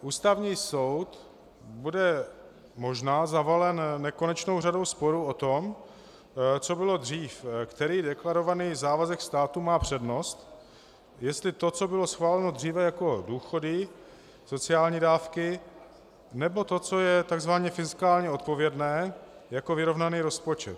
Ústavní soud bude možná zavalen nekonečnou řadou sporů o to, co bylo dřív, který deklarovaný závazek státu má přednost jestli to, co bylo schváleno dříve jako důchody, sociální dávky, nebo to, co je tzv. fiskálně odpovědné jako vyrovnaný rozpočet.